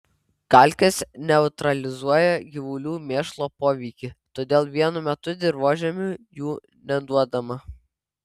kalkės neutralizuoja gyvulių mėšlo poveikį todėl vienu metu dirvožemiui jų neduodama